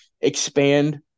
expand